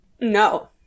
no